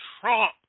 Trump